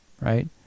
right